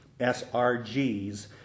SRGs